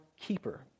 keeper